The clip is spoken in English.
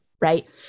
right